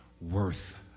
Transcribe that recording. worth